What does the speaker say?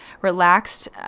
relaxed